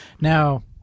Now